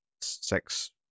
six